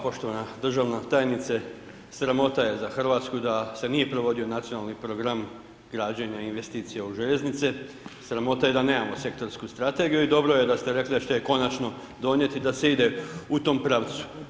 Poštovana državna tajnice, sramota je za Hrvatsku da se nije provodio nacionalni program građenja i investicija u željeznice, sramota je da nemamo sektorsku strategiju i dobro je da ste rekli da ćete je konačno da se ide u tom pravcu.